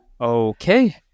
okay